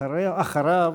אחריו,